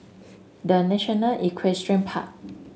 The National Equestrian Park